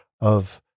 of-